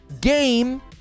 game